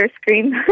scream